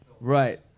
Right